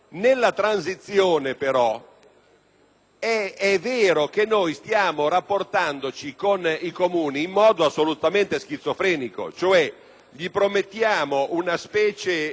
è vero che stiamo rapportandoci con i Comuni in modo assolutamente schizofrenico, cioè promettiamo loro una specie di mondo della felicità